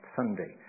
Sunday